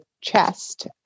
chest